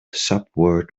subword